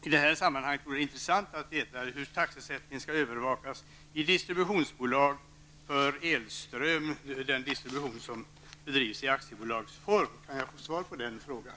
I detta sammanhang vore det intressant att få veta hur taxesättningen skall övervakas i distributionsbolag för elström, som drivs i aktiebolagsform. Kan jag få svar på den frågan?